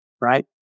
right